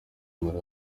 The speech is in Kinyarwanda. muri